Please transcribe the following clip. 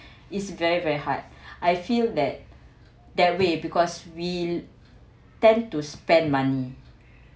is very very hard I feel that that way because we tend to spend money